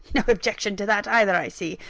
no objection to that, either, i see,